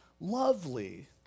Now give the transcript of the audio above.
lovely